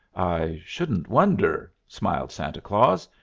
i shouldn't wonder, smiled santa claus.